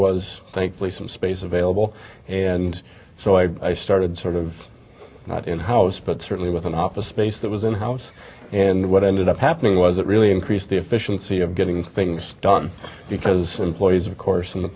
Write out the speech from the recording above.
was thankfully some space available and so i started sort of not in house but certainly with an office space that was in house and what ended up happening was it really increase the efficiency of getting things done because employees of course in the